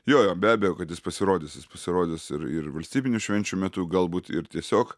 jo jo be abejo kad jis pasirodys jis pasirodys ir ir valstybinių švenčių metu galbūt ir tiesiog